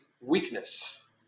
weakness